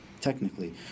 technically